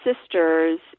sisters